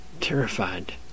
terrified